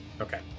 Okay